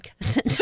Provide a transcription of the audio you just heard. cousin